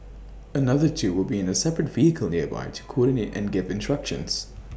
another two will be in A separate vehicle nearby to coordinate and give instructions